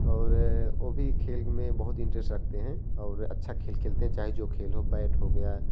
और वह भी खेल में बहुत इंटरेस्ट रखते हैं और अच्छा खेल खेलते हैं चाहे जो खेल हो बेट हो गया